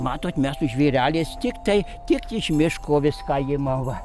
matot mes su žvėreliais tik tai tik iš miško viską imam va